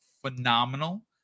phenomenal